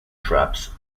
traps